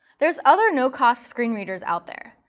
there's other no-cost screen readers out there,